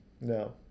no